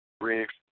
Briggs